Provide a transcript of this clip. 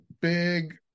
big